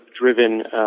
driven